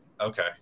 Okay